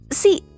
see